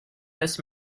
this